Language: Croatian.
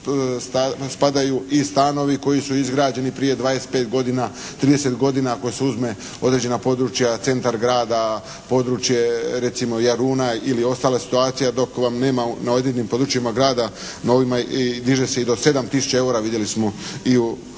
prosječnu spadaju i stanovi koji su izgrađeni prije 25 godina, 30 godina ako se uzme određena područja, centar grada, područje recimo Jaruna ili ostale situacije dok vam nema na određenim područjima grada na ovima diže se i do 7000 eura vidjeli smo i u dnevnom tisku.